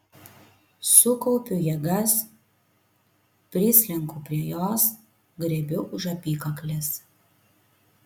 sukaupiu jėgas prislenku prie jos griebiu už apykaklės